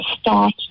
start